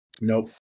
Nope